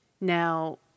Now